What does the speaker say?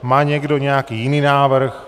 Má někdo nějaký jiný návrh?